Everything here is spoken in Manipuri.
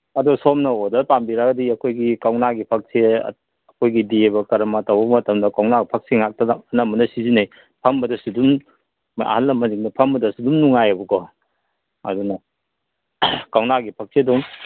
ꯑꯗꯣ ꯁꯣꯝꯅ ꯑꯣꯗꯔ ꯄꯥꯝꯕꯤꯔꯒꯗꯤ ꯑꯩꯈꯣꯏꯒꯤ ꯀꯧꯅꯥꯒꯤ ꯐꯛꯁꯦ ꯑꯩꯈꯣꯏꯒꯤ ꯗꯦꯚ ꯀꯔꯃ ꯇꯧꯕ ꯃꯇꯝꯗ ꯀꯧꯅꯥ ꯐꯛꯁꯤꯡ ꯉꯥꯛꯇꯗ ꯑꯅꯝꯕꯅ ꯁꯤꯖꯤꯟꯅꯩ ꯐꯝꯕꯗꯁꯨ ꯑꯗꯨꯝ ꯑꯍꯜ ꯂꯃꯟꯁꯤꯡꯅ ꯐꯝꯕꯗꯁꯨ ꯑꯗꯨꯝ ꯅꯨꯡꯉꯥꯏꯕꯀꯣ ꯑꯗꯨꯅ ꯀꯧꯅꯥꯒꯤ ꯐꯛꯁꯦ ꯑꯗꯨꯝ